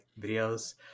videos